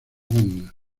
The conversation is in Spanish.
banda